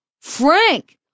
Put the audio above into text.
Frank